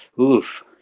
Oof